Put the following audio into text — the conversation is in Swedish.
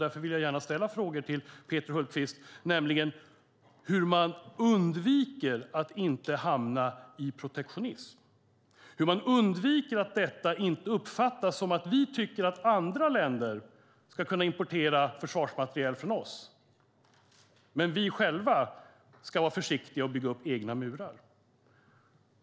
Därför vill jag gärna ställa frågorna till Peter Hultqvist hur man undviker att hamna i protektionism och hur man undviker att detta uppfattas som att vi tycker att andra länder ska kunna importera försvarsmateriel från oss men att vi själva ska vara försiktiga och bygga upp egna murar.